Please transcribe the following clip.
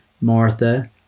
Martha